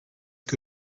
que